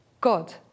God